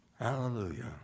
Hallelujah